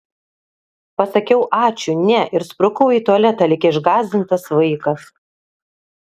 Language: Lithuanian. pasakiau ačiū ne ir sprukau į tualetą lyg išgąsdintas vaikas